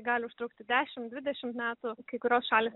gali užtrukti dešimt dvidešimt metų kai kurios šalys